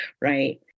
Right